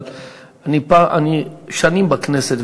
אבל אני שנים בכנסת,